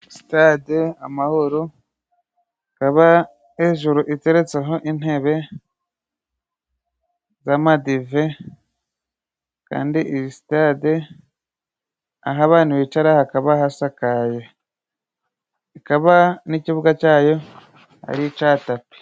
Sitade amahoro, ikaba hejuru iteretseho intebe z'amadive, kandi iyi sitade aho abantu bicara hakaba hasakaye, ikaba n'ikibuga cyayo ari icya tapi.